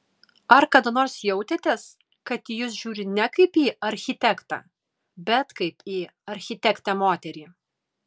ar kada nors jautėtės kad į jūs žiūri ne kaip į architektą bet kaip į architektę moterį